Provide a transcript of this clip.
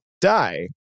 die